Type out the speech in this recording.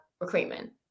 recruitment